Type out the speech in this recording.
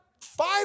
five